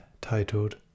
titled